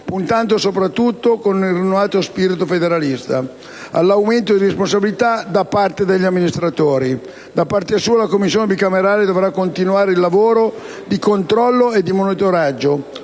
puntando soprattutto, con un rinnovato spirito federalista, all'aumento di responsabilità da parte degli amministratori. Da parte sua la Commissione bicamerale dovrà continuare il lavoro di controllo e di monitoraggio,